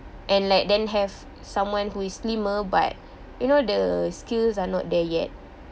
and like then have someone who is slimmer but you know the skills are not there yet